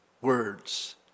words